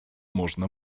można